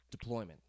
deployment